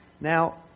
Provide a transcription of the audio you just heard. Now